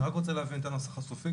אני רק רוצה להבין את הנוסח הסופי,